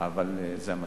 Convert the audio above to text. אבל זה המצב.